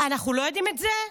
אנחנו לא יודעים את זה?